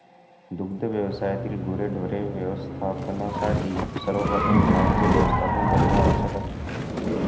दुग्ध व्यवसायातील गुरेढोरे व्यवस्थापनासाठी सर्वप्रथम घरांचे व्यवस्थापन करणे आवश्यक आहे